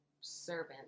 servant